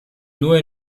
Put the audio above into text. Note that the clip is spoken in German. nur